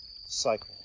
cycle